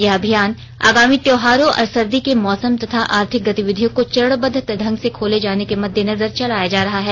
यह अभियान आगामी त्योहारों और सर्दी को मौसम तथा आर्थिक गतिविधियों को चरणबद्व ढंग से खोले जाने के मद्देनजर चलाया जा रहा है